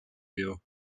you